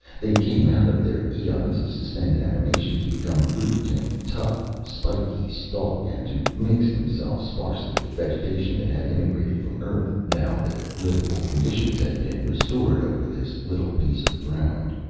they came out of their eons of suspended animation, to become root and tough, spiky stalk, and to mix themselves sparsely with vegetation that had immigrated from earth, now that livable conditions had been restored over this little piece of ground.